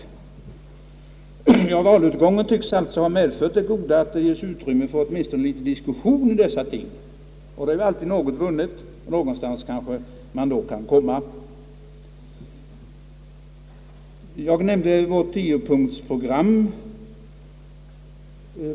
Valutgången tycks alltså ha medfört det goda att det åtminstone ges utrymme för en diskussion i dessa ting. Då är åtminstone någonting vunnet, och någonstans kanske man då kan komma. Jag nämnde vårt tiopunktsprogram.